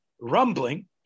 rumbling